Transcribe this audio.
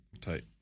Tight